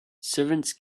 servants